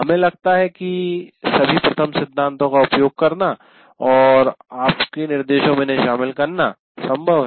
हमें लगता है कि सभी प्रथम सिद्धांतों का उपयोग करना और आपके निर्देशों में इन्हें शामिल करना संभव है